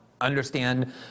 understand